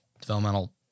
developmental